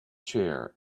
chair